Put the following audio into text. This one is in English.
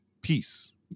peace